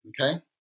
Okay